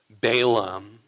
Balaam